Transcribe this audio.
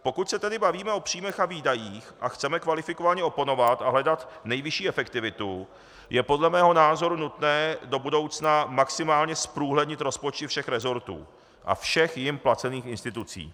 Pokud se tedy bavíme o příjmech a výdajích a chceme kvalifikovaně oponovat a hledat nejvyšší efektivitu, je podle mého názoru nutné do budoucna maximálně zprůhlednit rozpočty všech resortů a všech jím placených institucí.